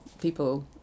people